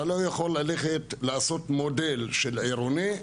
אתה לא יכול ללכת ולעשות מודל עירוני,